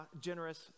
generous